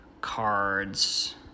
cards